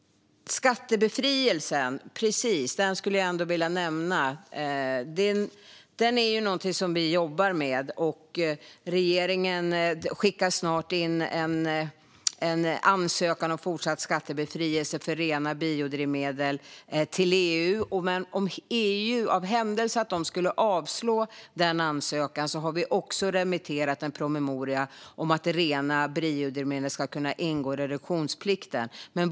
Skattebefrielsen vill jag ändå nämna. Det är någonting som vi jobbar med, och regeringen skickar snart in en ansökan om fortsatt skattebefrielse för rena biodrivmedel till EU. I händelse av att EU skulle avslå den ansökan har vi också remitterat en promemoria om att rena biodrivmedel ska kunna ingå i reduktionsplikten.